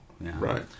Right